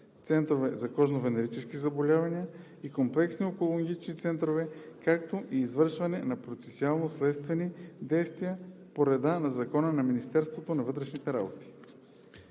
центрове за кожно-венерически заболявания и комплексни онкологични центрове, както и при извършване на процесуално-следствени действия по реда на Закона за Министерството на вътрешните работи.